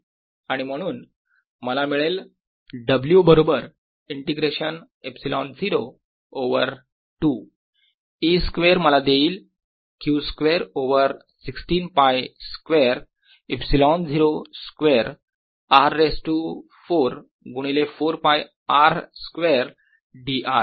आणि म्हणून मला मिळेल W बरोबर इंटिग्रेशन ε0 ओवर 2 E स्क्वेअर मला देईल Q square over 16 ㄫ square ε0 square r raise to 4 गुणिले 4 ㄫ r स्क्वेअर dr